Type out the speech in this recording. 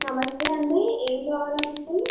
నమస్తే అండి ఏం కావాలండి